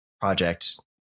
project